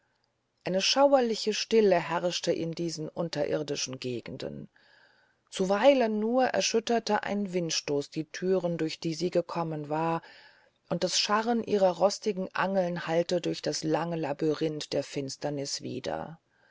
eine schauerliche stille herrschte in diesen unterirrdischen gegenden zuweilen nur erschütterte ein windstoß die thüren durch die sie gekommen war und das scharren ihrer rostigen angeln hallte durch das lange labyrinth der finsterniß wieder